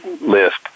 list